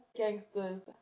gangsters